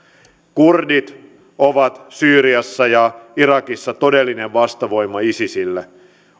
kurdit ovat syyriassa ja irakissa todellinen vastavoima isisille